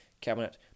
Cabinet